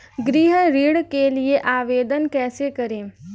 गृह ऋण के लिए आवेदन कैसे करें?